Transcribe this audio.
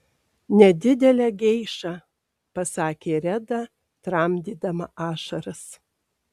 nedidelę geišą pasakė reda tramdydama ašaras